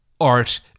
art